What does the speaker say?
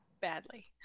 Badly